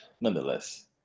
nonetheless